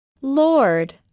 Lord